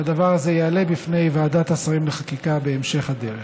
והדבר הזה יעלה בפני ועדת השרים לחקיקה בהמשך הדרך.